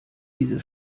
diese